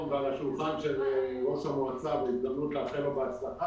ועל שולחן ראש העיר זאת הזדמנות לאחל לו בהצלחה